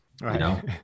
Right